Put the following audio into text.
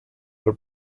per